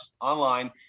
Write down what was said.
online